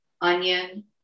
onion